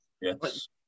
Yes